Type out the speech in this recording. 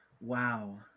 Wow